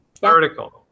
vertical